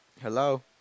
Hello